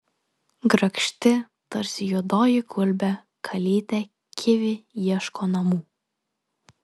grakšti tarsi juodoji gulbė kalytė kivi ieško namų